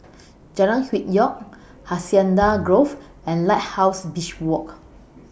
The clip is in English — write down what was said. Jalan Hwi Yoh Hacienda Grove and Lighthouse Beach Walk